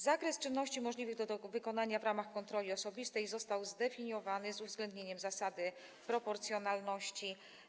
Zakres czynności możliwych do wykonania w ramach kontroli osobistej został zdefiniowany z uwzględnieniem zasady proporcjonalności.